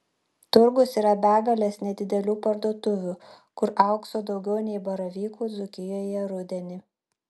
turgus yra begalės nedidelių parduotuvių kur aukso daugiau nei baravykų dzūkijoje rudenį